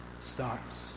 starts